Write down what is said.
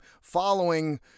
following